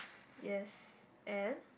yes and